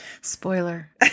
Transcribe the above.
Spoiler